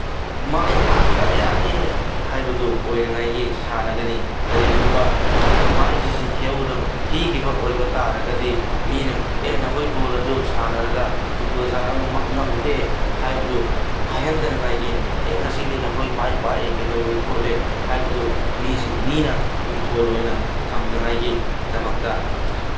ꯃꯥꯏ ꯄꯛꯇꯕ ꯌꯥꯗꯦ ꯍꯥꯏꯕꯗꯨ ꯑꯣꯏꯅꯉꯥꯏꯒꯤ ꯁꯥꯟꯅꯒꯅꯤ ꯀꯔꯤꯒꯨꯝꯕ ꯃꯥꯏꯁꯤ ꯊꯤꯈꯤꯕ ꯑꯣꯏꯕ ꯇꯔꯒꯗꯤ ꯃꯤꯅ ꯑꯦ ꯅꯈꯣꯏ ꯒꯣꯜ ꯑꯗꯨ ꯁꯥꯟꯅꯔꯒ ꯐꯨꯠꯕꯣꯜ ꯁꯥꯟꯅꯔꯒ ꯉꯝꯗꯦ ꯍꯥꯏꯕꯗꯨ ꯍꯥꯏꯍꯟꯗꯅꯉꯥꯏꯒꯤ ꯑꯦ ꯉꯁꯤꯗꯤ ꯅꯈꯣꯏ ꯃꯥꯏ ꯄꯥꯑꯦ ꯀꯩꯗꯧꯋꯤ ꯈꯣꯠꯂꯦ ꯍꯥꯏꯕꯗꯨ ꯃꯤꯅꯥ ꯃꯤꯡꯊꯣꯜ ꯑꯣꯏꯅ ꯊꯝꯅꯉꯥꯏꯒꯤꯗꯃꯛꯇ